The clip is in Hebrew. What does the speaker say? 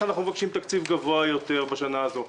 שאלתם איך אנחנו מבקשים תקציב גבוה יותר בשנה הזו.